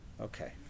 Okay